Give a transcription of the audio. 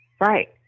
Right